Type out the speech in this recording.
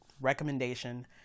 recommendation